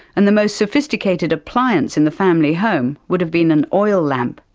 and the most sophisticated appliance in the family home would've been an oil lamp.